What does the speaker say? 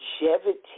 longevity